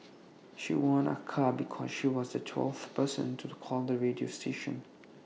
she won A car because she was the twelfth person to call the radio station